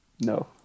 No